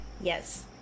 Yes